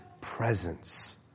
presence